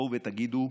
תבואו ותגידו: